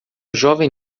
jovem